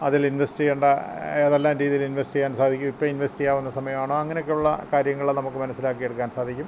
അതിൽ ഇൻവെസ്റ്റ് ചെയ്യേണ്ട ഏതെല്ലാം രീതിയിൽ ഇൻവെസ്റ്റ് ചെയ്യാൻ സാധിക്കും ഇപ്പം ഇൻവെസ്റ്റ് ചെയ്യാവുന്ന സമയമാണോ അങ്ങനെയൊക്കെയുള്ള കാര്യങ്ങൾ നമുക്ക് മനസ്സിലാക്കിയെടുക്കാൻ സാധിക്കും